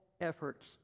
efforts